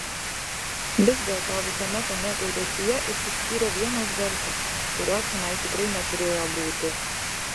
vis dėlto visame tame gaudesyje išsiskyrė vienas garsas kurio čionai tikrai neturėjo būti